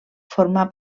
formar